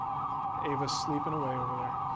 ava's sleeping away over there.